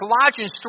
Colossians